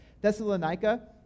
Thessalonica